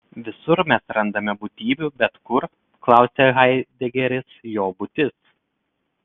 visur mes randame būtybių bet kur klausia haidegeris jo būtis